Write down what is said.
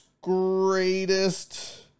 greatest